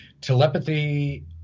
telepathy